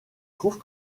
trouve